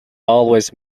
always